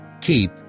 keep